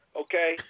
okay